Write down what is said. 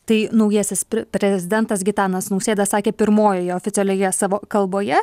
tai naujasis prezidentas gitanas nausėda sakė pirmojoje oficialioje savo kalboje